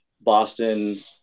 Boston